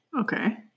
Okay